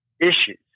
issues